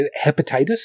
hepatitis